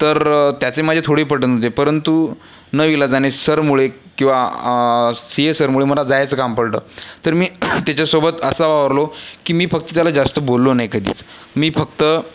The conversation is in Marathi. तर त्याचे माझे थोडे पटत नव्हते परंतु नाईलाजाने सरमुळे किंवा सी ए सरमुळे मला जायचं काम पडलं तर मी त्याच्यासोबत असा वावरलो की मी फक्त त्याला जास्त बोललो नाही कधीच मी फक्त